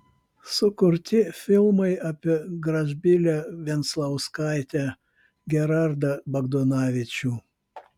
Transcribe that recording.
sukurti filmai apie gražbylę venclauskaitę gerardą bagdonavičių